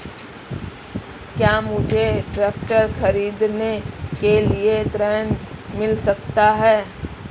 क्या मुझे ट्रैक्टर खरीदने के लिए ऋण मिल सकता है?